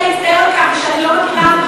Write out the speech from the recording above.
אין לי אלא להצטער על כך שאני לא מכירה אף